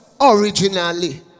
originally